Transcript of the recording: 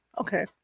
Okay